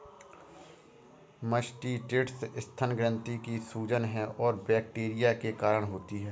mastitis स्तन ग्रंथि की सूजन है और बैक्टीरिया के कारण होती है